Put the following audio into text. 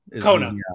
Kona